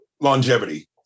longevity